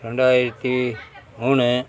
ரெண்டாயிரத்தி மூணு